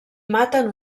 maten